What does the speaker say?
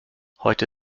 heute